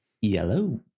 Yellow